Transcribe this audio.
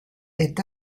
est